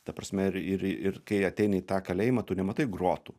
ta prasme ir ir ir kai ateini į tą kalėjimą tu nematai grotų